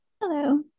Hello